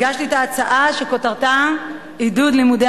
הגשתי את ההצעה שכותרתה: עידוד לימודי